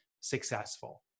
successful